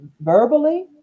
verbally